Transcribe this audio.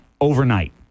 overnight